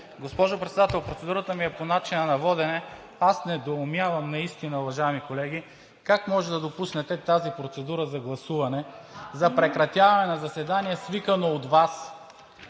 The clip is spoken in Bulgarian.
Госпожо Председател, процедурата ми е по начина на водене. Недоумявам наистина, уважаеми колеги, как може да допуснете тази процедура за гласуване за прекратяване на заседание, свикано от Вас,